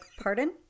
pardon